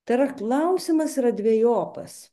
tai yra klausimas yra dvejopas